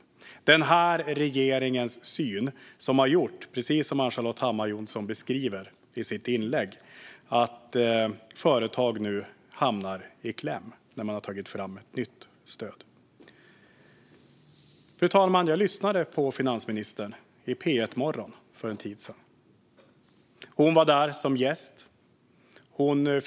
Det är den här regeringens syn som har gjort, precis som Ann-Charlotte Hammar Johnsson beskriver i sitt inlägg, att företag nu hamnar i kläm när man har tagit fram ett nytt stöd. Fru talman! Jag lyssnade på finansministern i P1-morgon för en tid sedan. Hon var där som gäst.